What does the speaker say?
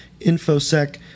infosec